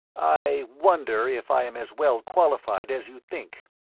i wonder if i am as well qualified as you think?